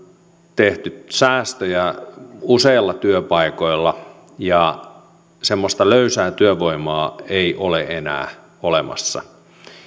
tehty säästöjä useilla työpaikoilla ja semmoista löysää työvoimaa ei ole enää olemassa